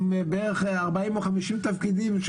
עם בערך 40 או 50 תפקידים.